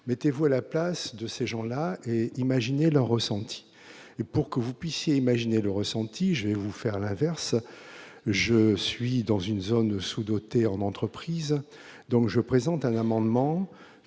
mettez-vous à la place de ces gens-là et imaginez leur ressenti, et pour que vous puissiez imaginer le ressenti, je vais vous faire l'inverse, je suis dans une zone sous-dotée en entreprise, donc je présente un amendement